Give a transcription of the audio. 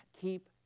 Keep